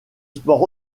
sport